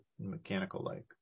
mechanical-like